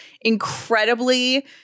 incredibly